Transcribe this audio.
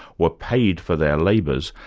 were paid for their labours,